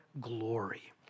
glory